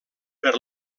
per